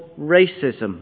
racism